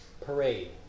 parade